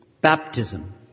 Baptism